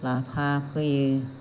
लाफा फोयो